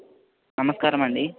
నమస్కారమండి